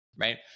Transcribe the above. right